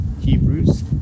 Hebrews